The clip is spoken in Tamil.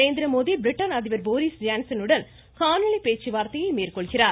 நரேந்திரமோடி பிரிட்டன் அதிபா் போரிஸ் ஜான்ஸனுடன் நாளை காணொலி பேச்சுவார்த்தையை மேற்கொள்கிறார்